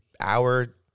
Hour